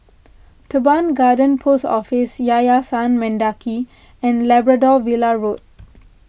Teban Garden Post Office Yayasan Mendaki and Labrador Villa Road